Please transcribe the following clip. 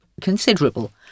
considerable